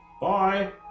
Bye